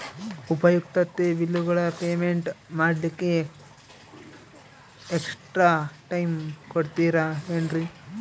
ಉಪಯುಕ್ತತೆ ಬಿಲ್ಲುಗಳ ಪೇಮೆಂಟ್ ಮಾಡ್ಲಿಕ್ಕೆ ಎಕ್ಸ್ಟ್ರಾ ಟೈಮ್ ಕೊಡ್ತೇರಾ ಏನ್ರಿ?